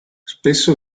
spesso